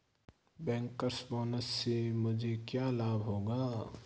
Bankers bonus से मुझे क्या लाभ होगा?